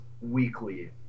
weekly